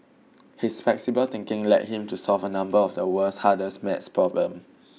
his flexible thinking led him to solve a number of the world's hardest maths problem